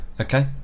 okay